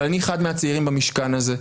אבל אני אחד מהצעירים במשכן הזה,